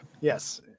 yes